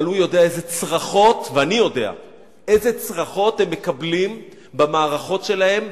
אבל הוא יודע איזה צרחות ואני יודע איזה צרחות הם מקבלים במערכות שלהם,